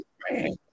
man